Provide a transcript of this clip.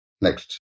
Next